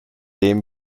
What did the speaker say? dem